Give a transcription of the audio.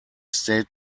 stayed